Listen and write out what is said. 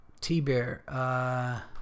T-Bear